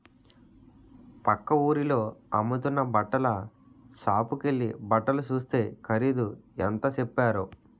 పక్క వూరిలో అమ్ముతున్న బట్టల సాపుకెల్లి బట్టలు సూస్తే ఖరీదు ఎంత సెప్పారో